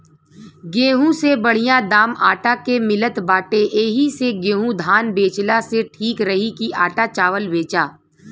गेंहू से बढ़िया दाम आटा के मिलत बाटे एही से गेंहू धान बेचला से ठीक रही की आटा चावल बेचा